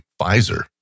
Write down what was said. Pfizer